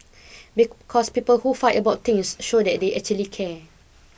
because people who fight about things show that they actually care